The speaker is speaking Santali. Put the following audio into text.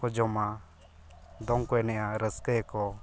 ᱡᱚᱢᱟ ᱫᱚᱝᱠᱚ ᱮᱱᱮᱡᱟ ᱨᱟᱹᱥᱠᱟᱹᱭᱟᱠᱚ